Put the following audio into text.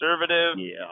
conservative